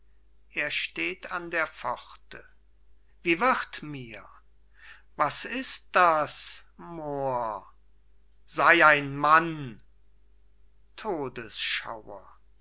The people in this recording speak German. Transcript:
wie wird mir was ist das moor sey ein mann